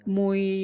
muy